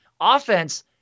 offense